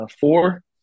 four